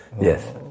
Yes